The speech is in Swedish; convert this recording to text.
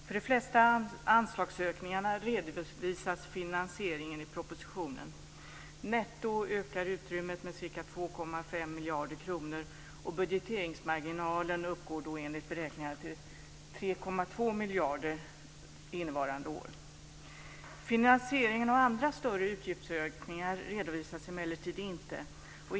För de flesta anslagsökningar redovisas finansieringen i propositionen. Netto ökar utrymmet med ca 2,5 miljarder kronor, och budgeteringsmarginalen uppgår enligt beräkningen till 3,2 miljarder innevarande år. Finansieringen av andra större utgiftsökningar redovisas emellertid inte.